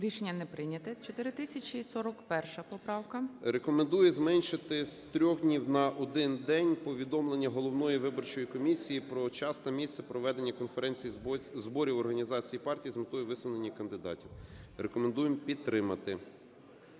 Рішення не прийнято. 4041 поправка. 16:11:30 СИДОРОВИЧ Р.М. Рекомендує зменшити з трьох днів на один день повідомлення головної виборчої комісії про час та місце проведення конференції (зборів) організації партії з метою висунення кандидатів. Рекомендуємо підтримати.